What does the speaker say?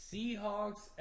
Seahawks